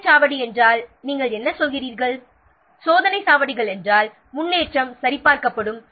சோதனைச் சாவடி என்றால் என்றால் முன்னேற்றம் சரிபார்க்கப்படும்